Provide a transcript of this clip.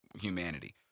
humanity